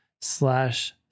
slash